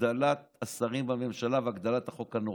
הגדלת השרים בממשלה והגדלת החוק הנורבגי.